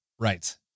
Right